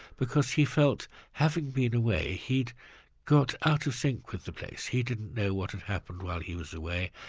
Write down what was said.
because he felt having been away, he'd got out of sync with the place, he didn't know what had happened while he was away.